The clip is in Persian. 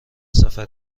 سفر